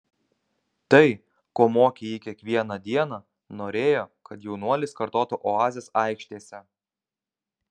tai ko mokė jį kiekvieną dieną norėjo kad jaunuolis kartotų oazės aikštėse